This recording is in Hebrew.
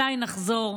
מתי נחזור.